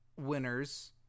winners